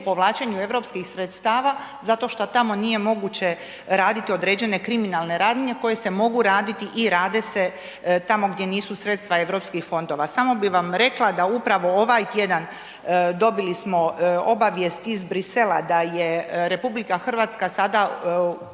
povlačenju europskih sredstava zato što tamo nije moguće raditi određene kriminalne radnje koje se mogu raditi i rade se tamo gdje nisu sredstva europskih fondova. Samo bih vam rekla da upravo ovaj tjedan dobili smo obavijest iz Brisela da je RH sada